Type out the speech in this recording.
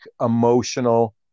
emotional